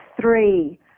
three